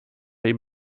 ihm